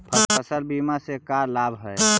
फसल बीमा से का लाभ है?